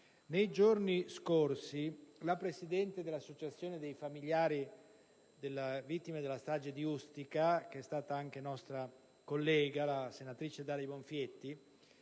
Nei giorni scorsi la presidente dell'Associazione dei familiari delle vittime della strage di Ustica, che è stata anche nostra collega, la senatrice Daria Bonfietti,